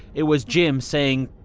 it was jim saying,